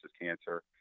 Cancer